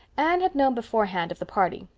anne had known beforehand of the party,